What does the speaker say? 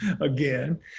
again